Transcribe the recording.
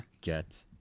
get